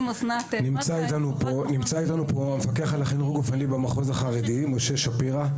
נמצא איתנו פה המפקח על החינוך הגופני במחוז החרדי משה שפירא.